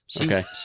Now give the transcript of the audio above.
Okay